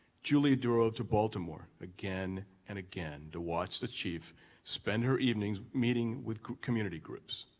julie drove to baltimore again and again to watch the chief spend her evenings meeting with community groups.